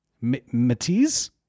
Matisse